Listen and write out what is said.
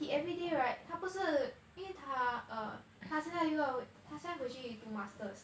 he everyday right 他不是因为他 err 他现在又要他现在回去读 masters